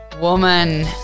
Woman